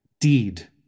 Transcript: deed